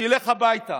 שילך הביתה